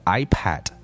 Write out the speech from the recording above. iPad